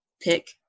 pick